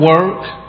work